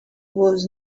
was